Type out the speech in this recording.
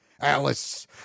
Alice